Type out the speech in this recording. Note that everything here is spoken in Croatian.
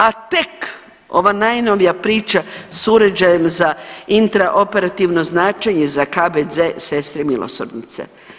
A tek ova najnovija priča s uređajem za intra operativno zračenje za KBC Sestre milosrdnice.